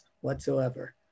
whatsoever